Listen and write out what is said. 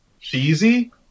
cheesy